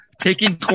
taking